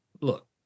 Look